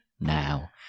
now